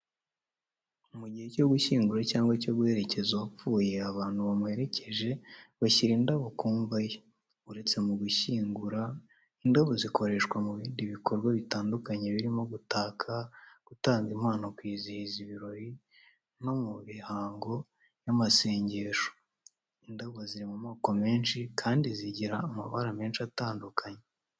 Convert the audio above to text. Mu gihe cyo gushyingura cyangwa guherekeza uwapfuye, abantu bamuherekeje bashyira indabo ku mva ye. Uretse mu gushyingura, indabo zikoreshwa no mu bindi bikorwa bitandukanye birimo gutaka, gutanga impano, kwizihiza ibirori, no mu mihango y'amasengesho. Indabo ziri mu moko menshi kandi zigira amabara menshi atandukanye.